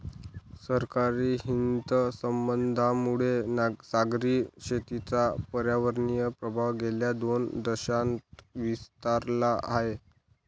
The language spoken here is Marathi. सरकारी हितसंबंधांमुळे सागरी शेतीचा पर्यावरणीय प्रभाव गेल्या दोन दशकांत विस्तारला आहे